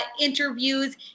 interviews